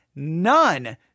None